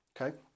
okay